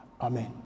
Amen